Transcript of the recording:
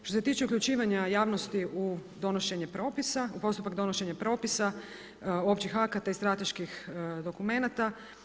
Što se tiče uključivanja javnosti u donošenje propisa, u postupak donošenja propisa, općih akata i strateških dokumenata.